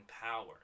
power